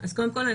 אז קודם כול,